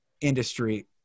industry